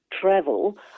travel